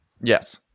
Yes